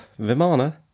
Vimana